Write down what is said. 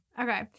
Okay